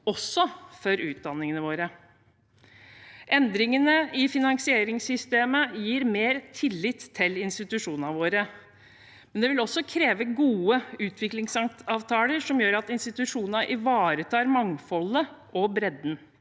også for utdanningene våre. Endringene i finansieringssystemet gir mer tillit til institusjonene våre, men det vil også kreve gode utviklingsavtaler som gjør at institusjonene ivaretar mangfoldet og bredden,